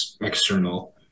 external